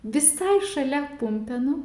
visai šalia pumpėnų